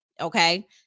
okay